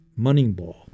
Moneyball